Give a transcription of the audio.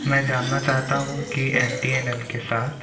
मैं जानना चाहता हूँ कि एम टी एन एल के साथ